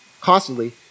constantly